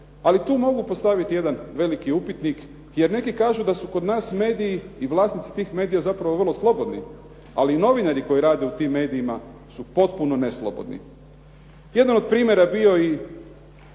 Ali tu mogu postaviti jedan veliki upitnik, jer neki kažu da su kod nas mediji i vlasnici tih medija zapravo vrlo slobodni ali i novinari koji rade u tim medijima su potpuno neslobodni. Jedan od primjera je bio i